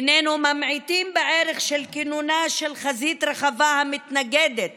איננו ממעיטים בערך של כינונה של חזית רחבה המתנגדת